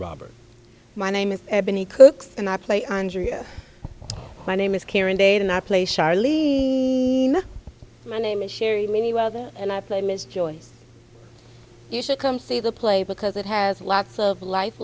robert my name is ebony cook's and i play andrea my name is karen date and i play charlene my name is sherry me well and i play ms joyce you should come see the play because it has lots of life